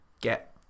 get